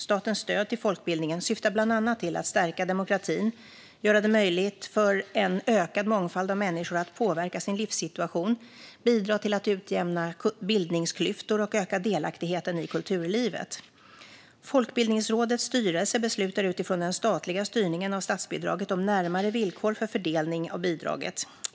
Statens stöd till folkbildningen syftar bland annat till att stärka demokratin, göra det möjligt för en ökad mångfald av människor att påverka sin livssituation, bidra till att utjämna bildningsklyftor och öka delaktigheten i kulturlivet. Folkbildningsrådets styrelse beslutar utifrån den statliga styrningen av statsbidraget om närmare villkor för fördelning av bidraget.